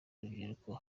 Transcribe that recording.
urubyiruko